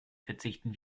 verzichten